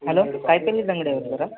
hello ಕಾಯಿ ಪಲ್ಯದ ಅಂಗಡಿಯವ್ರ